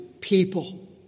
people